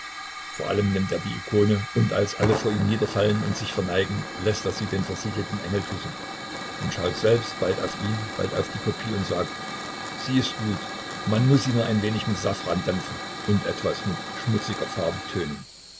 vor allem nimmt er die ikone und als alle vor ihr niederfallen und sich verneigen läßt er sie den versiegelten engel küssen und schaut selbst bald auf ihn bald auf die kopie und sagt sie ist gut man muß sie nur ein wenig mit safran dämpfen und etwas mit schmutziger